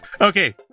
Okay